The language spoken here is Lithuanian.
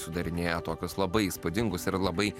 sudarinėja tokius labai įspūdingus ir labai